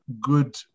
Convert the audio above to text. good